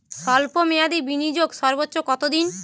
স্বল্প মেয়াদি বিনিয়োগ সর্বোচ্চ কত দিন?